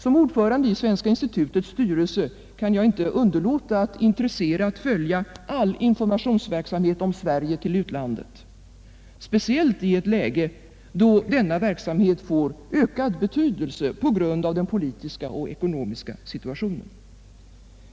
Som ordförande i Svenska institutets styrelse kan jag inte underlåta att intresserat följa all verksamhet för information om Sverige till utlandet, speciellt i ett läge där denna verksamhet får ökad betydelse på grund av den politiska och ekonomiska situationen.